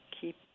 keep